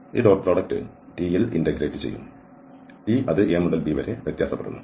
ഈ dot product t യിൽ integrate ചെയ്യും ഈ t അത് a മുതൽ b വരെ വ്യത്യാസപ്പെടുന്നു